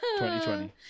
2020